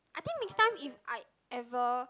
I think next time if I ever